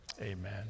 Amen